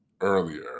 earlier